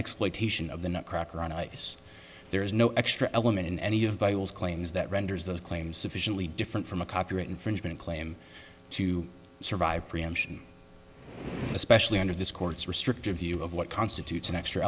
exploitation of the nutcracker on ice there is no extra element in any of bibles claims that renders those claims sufficiently different from a copyright infringement claim to survive preemption especially under this court's restrictive view of what constitutes an extra